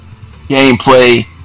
Gameplay